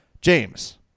james